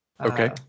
Okay